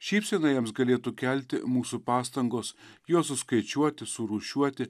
šypsena jiems galėtų kelti mūsų pastangos juos suskaičiuoti surūšiuoti